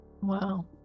Wow